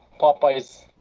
Popeyes